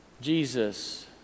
Jesus